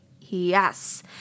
Yes